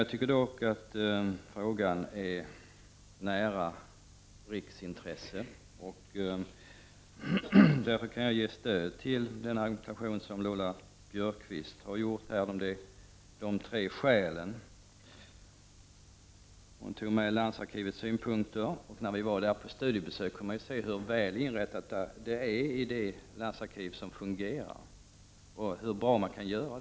Jag anser emellertid att frågan nästan är av riksintresse. Därför kan jag ge mitt stöd till Lola Björkquists argumentation när det gäller de tre skälen. Hon nämnde landsarkivets synpunkter. När utskottet gjorde studiebesök på landsarkivet kunde vi se hur väl inrättat det är i ett landsarkiv som fungerar och hur bra det kan göras.